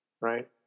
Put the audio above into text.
right